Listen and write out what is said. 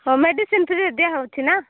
ହଁ ମେଡ଼ିସିନ୍ ଫ୍ରିରେ ଦିଆହେଉଛି ନା